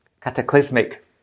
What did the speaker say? cataclysmic